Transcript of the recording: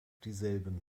dieselben